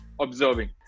observing